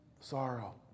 sorrow